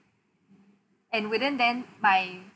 and wouldn't then my